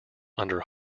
under